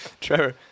Trevor